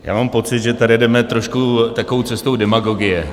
Já mám pocit, že tady jdeme trošku takovou cestou demagogie.